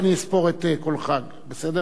אני אספור את קולך, בסדר?